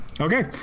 Okay